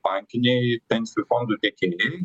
bankiniai pensijų fondų tiekėjai